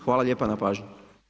Hvala lijepo na pažnji.